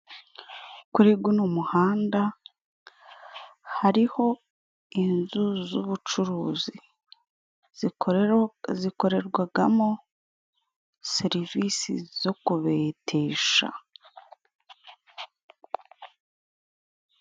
Kuri guno muhanda hariho inzu z'ubucuruzi, zikorera zikorerwagamo serivisi zo kubetesha.